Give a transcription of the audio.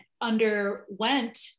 underwent